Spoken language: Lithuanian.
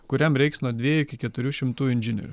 kuriam reiks nuo dviejų iki keturių šimtų inžinierių